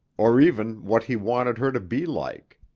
or even what he wanted her to be like.